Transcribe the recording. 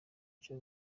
cyo